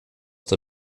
der